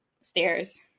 stairs